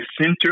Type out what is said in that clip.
Center